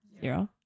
Zero